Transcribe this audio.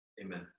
Amen